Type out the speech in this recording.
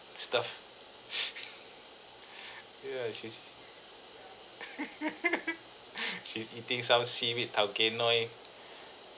stuff ya she's she's eating some seaweed tao kae noi